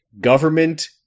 government